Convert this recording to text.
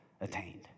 attained